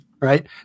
right